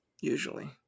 Usually